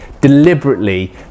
deliberately